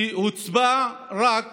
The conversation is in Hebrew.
והוצבע רק